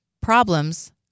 problems